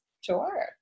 Sure